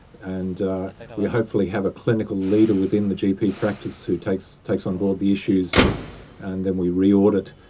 and we hopefully have a clinical leader within the gp practice who takes takes on board the issues and and then we re-audit,